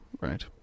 right